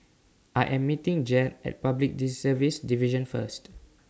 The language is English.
I Am meeting Jed At Public Service Division First